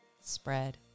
Spread